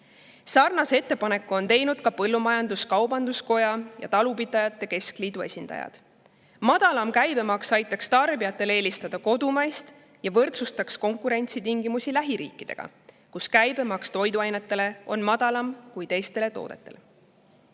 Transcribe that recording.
Sarnase ettepaneku on teinud ka põllumajandus-kaubanduskoja ja talupidajate keskliidu esindajad. Madalam käibemaks aitaks tarbijatel eelistada kodumaist ja võrdsustaks konkurentsitingimusi lähiriikidega, kus toiduainete käibemaks on madalam kui teistel toodetel. Oleme